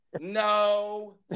no